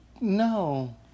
No